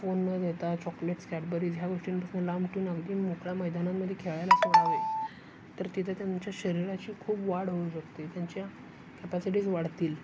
phone न घेता chocolates Cadburys ह्या गोष्टींपासून लांब ठेऊन अगदी मोकळ्या मैदानांमध्ये खेळायला सोडावे तर तिथे त्यांच्या शरीराची खूप वाढ होऊ शकते त्यांच्या कॅपॅसिटीज वाढतील